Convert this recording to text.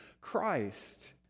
Christ